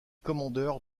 commandeur